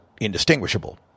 indistinguishable